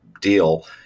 deal